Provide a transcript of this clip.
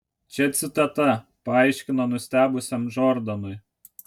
čia citata paaiškino nustebusiam džordanui